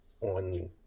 on